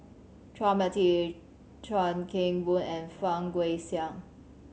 Chua Mia Tee Chuan Keng Boon and Fang Guixiang